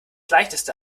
leichteste